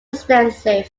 extensive